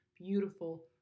beautiful